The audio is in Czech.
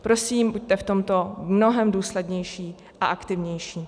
Prosím, buďte v tomto mnohem důslednější a aktivnější.